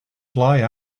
fly